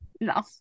No